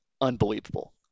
Unbelievable